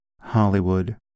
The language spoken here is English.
Hollywood